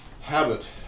habit